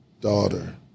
daughter